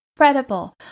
incredible